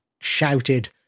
shouted